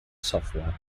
software